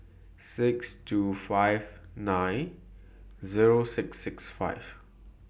six two five nine Zero six six five